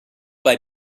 bei